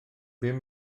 bum